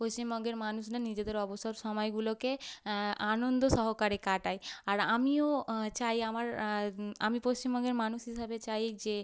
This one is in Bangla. পশ্চিমবঙ্গের মানুষরা নিজেদের অবসর সময়গুলোকে আনন্দ সহকারে কাটায় আর আমিও চাই আমার আমি পশ্চিমবঙ্গের মানুষ হিসাবে চাই যে